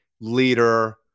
leader